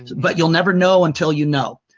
but you'll never know until you know.